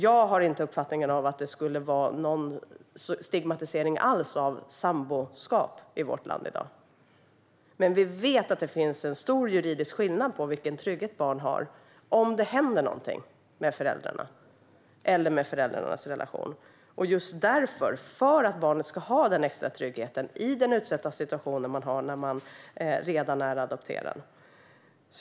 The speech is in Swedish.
Jag har inte uppfattningen att det skulle vara någon stigmatisering av samboskap i vårt land i dag. Men vi vet att det finns en stor juridisk skillnad på vilken trygghet barn har om det händer någonting med föräldrarna eller med föräldrarnas relation. Det är just för att barnet ska ha den extra tryggheten i den utsatta situation man har redan när man är adopterad.